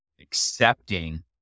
accepting